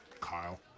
Kyle